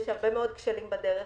יש הרבה מאוד כשלים בדרך,